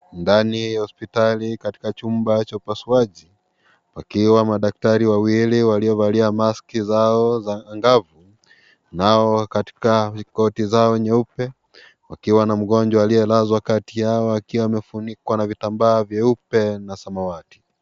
Ndani ya hospitali katika chumba cha upasuaji pakiwa madaktari wawili waliovalia maski zao za angavu nao katika koti zao nyeupe, wakiwa na mgonjwa aliyelazwa kati yao akiwa amefunikwa na vitambaa vyeupe na samawati.